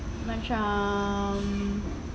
macam